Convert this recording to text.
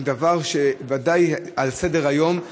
דבר שבוודאי על סדר-היום.